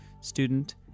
student